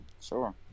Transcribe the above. Sure